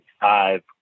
five